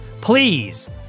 please